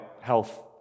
health